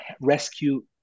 rescue